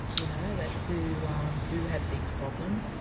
you know, that do um do have these problems.